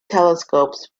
telescopes